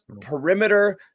perimeter